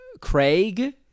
Craig